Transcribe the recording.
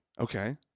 Okay